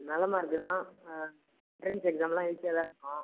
நல்ல மார்க்கு தான் எண்ட்ரன்ஸ் எக்ஸாமெலாம் ஈஸியாகதான் இருக்கும்